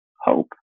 hope